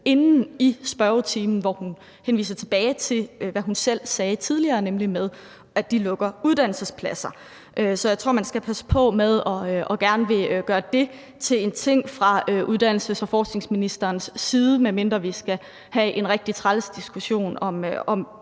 tid inden. Hun henviste til, hvad hun selv sagde tidligere, nemlig at de lukker uddannelsespladser. Så jeg tror, man skal passe på med at gerne ville gøre det til en ting fra uddannelses- og forskningsministerens side, medmindre vi skal have en rigtig træls diskussion,